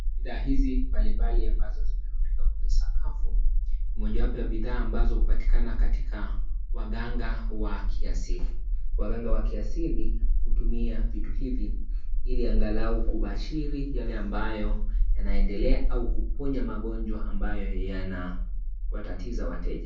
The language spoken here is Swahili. Bidhaa hizi mbalimbali ambazo zimerubika kwenye sakafu ni mojawapo ya bidhaa ambazo hupatikana katika waganga wa kiasili. Waganga wa kiasili hutumia vitu hivi ili angalau kubashiri yale ambayo yanaendelea au kuponya magonjwa ambayo yanawatatiza wateja.